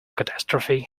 catastrophe